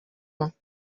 vingt